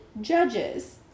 judges